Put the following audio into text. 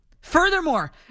Furthermore